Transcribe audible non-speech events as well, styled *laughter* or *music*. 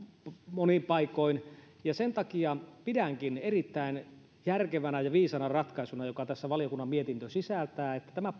monin paikoin sen takia pidänkin erittäin järkevänä ja viisaana ratkaisuna sitä minkä valiokunnan mietintö sisältää että tämä *unintelligible*